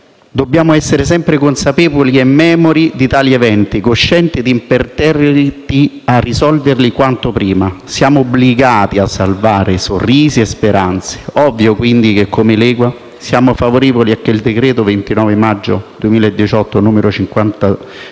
Dobbiamo essere sempre consapevoli e memori di tali eventi, coscienti ed imperterriti a risolverli quanto prima. Siamo obbligati a salvare sorrisi e speranze. Ovvio quindi che, come Lega, siamo favorevoli a che il decreto-legge 29 maggio 2018, n. 55,